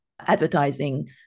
advertising